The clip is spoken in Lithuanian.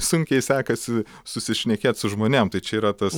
sunkiai sekasi susišnekėt su žmonėm tai čia yra tas